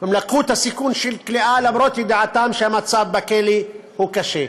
הם לקחו את הסיכון של כליאה למרות ידיעתם שהמצב בכלא הוא קשה.